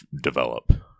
develop